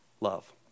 love